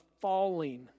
falling